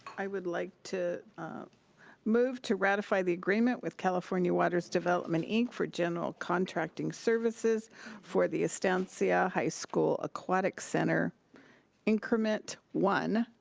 i would like to move to ratify the agreement with california waters development, inc. for general contracting services for the estancia high school aquatic center increment one,